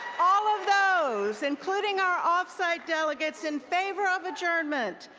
all of those, including our off-site delegates in favor of adjourn ment,